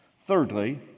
Thirdly